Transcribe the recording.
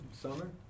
summer